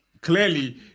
Clearly